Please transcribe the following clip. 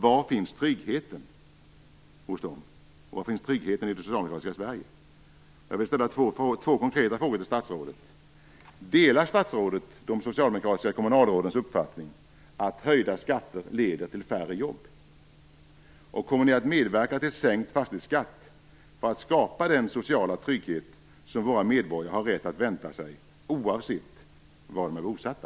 Var finns tryggheten för dem? Var finns tryggheten i det socialdemokratiska Sverige? Delar statsrådet de socialdemokratiska kommunalrådens uppfattning, att höjda skatter leder till färre jobb? Kommer ni att medverka till sänkt fastighetsskatt för att skapa den sociala trygghet som våra medborgare har rätt att vänta sig oavsett var de är bosatta?